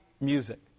music